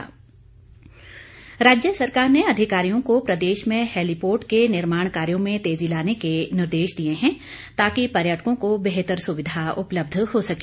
मुख्यमंत्री राज्य सरकार ने अधिकारियों को प्रदेश में हैलीपोर्ट के निर्माण कार्यों में तेजी लाने के निर्देश दिए हैं ताकि पर्यटकों को बेहतर सुविधा उपलब्ध हो सके